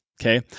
okay